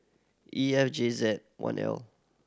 E F J Z one L